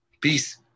Peace